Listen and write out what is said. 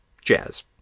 jazz